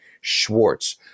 Schwartz